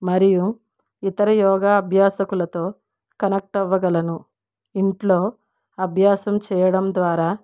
మరియు ఇతర యోగా అభ్యాసకులతో కనెక్ట్ అవ్వగలను ఇంట్లో అభ్యాసం చేయడం ద్వారా